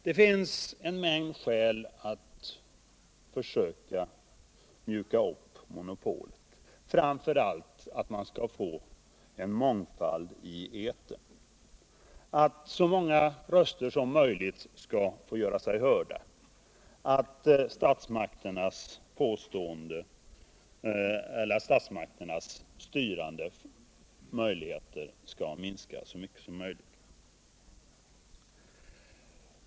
Det finns en mängd skäl för att försöka mjuka upp monopolet, framför allt att man bör få en mångfald möjligheter att välja på i etern, att många röster skall få göra sig hörda och att statsmakternas styrande möjligheter skall minska.